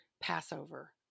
passover